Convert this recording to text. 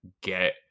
get